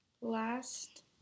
last